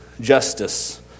justice